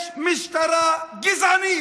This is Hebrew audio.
יש משטרה גזענית.